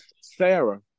Sarah